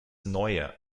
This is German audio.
neue